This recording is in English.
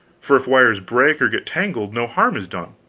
for if wires break or get tangled, no harm is done.